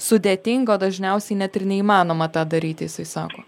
sudėtinga o dažniausiai net ir neįmanoma tą daryti jisai sako